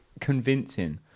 convincing